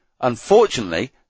Unfortunately